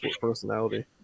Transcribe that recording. personality